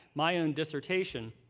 my own dissertation,